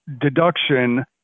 deduction